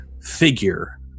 figure